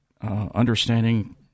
understanding